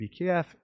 BKF